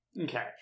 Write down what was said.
Okay